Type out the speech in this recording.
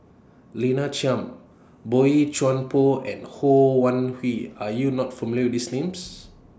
Lina Chiam Boey Chuan Poh and Ho Wan Hui Are YOU not familiar with These Names